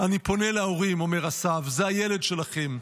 "אני פונה להורים" אומר הסב, "זה הילד שלכם.